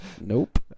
nope